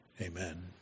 Amen